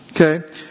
Okay